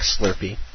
Slurpee